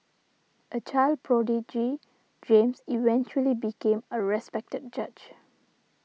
a child prodigy James eventually became a respected judge